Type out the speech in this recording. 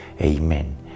Amen